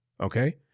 okay